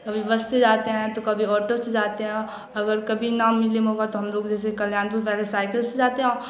कभी बस से जाते हैं तो कभी ऑटो से जाते हैं अगर कभी न मिले मौका तो हम लोग जैसे कल्याणपुर पहले साइकिल से जाते हैं